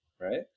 right